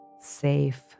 safe